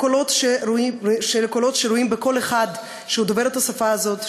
לקולות שרואים בכל אחד שדובר את השפה הזאת,